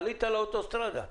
עלית לאוטוסטראדה.